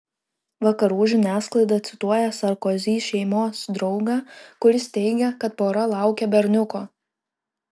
vakarų žiniasklaida cituoja sarkozy šeimos draugą kuris teigia kad pora laukia berniuko